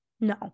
No